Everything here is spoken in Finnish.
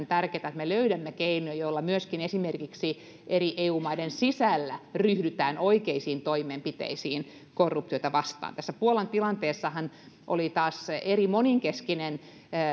tärkeätä että me löydämme keinoja joilla myöskin esimerkiksi eri eu maiden sisällä ryhdytään oikeisiin toimenpiteisiin korruptiota vastaan tässä puolan tilanteessahan taas oli hyvin monenkeskinen